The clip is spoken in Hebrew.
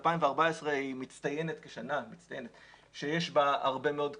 2014 מצטיינת כשנה שיש בה הרבה מאוד כריתות.